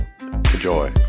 Enjoy